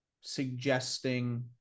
suggesting